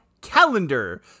Calendar